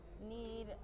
need